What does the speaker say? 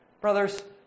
brothers